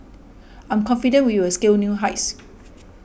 I'm confident we will scale new heights